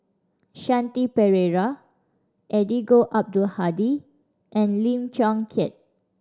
Shanti Pereira Eddino Abdul Hadi and Lim Chong Keat